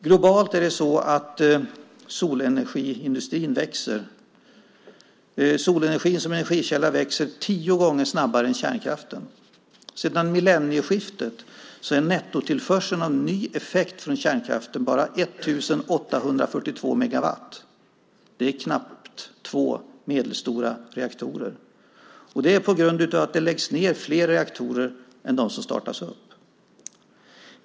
Globalt växer solenergiindustrin som energikälla tio gånger snabbare än kärnkraften. Sedan millennieskiftet är nettotillförseln av ny effekt från kärnkraften bara 1 842 megawatt; det är knappt två medelstora reaktorer. Det är på grund av att det läggs ned fler reaktorer än vad som startas.